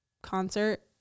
Concert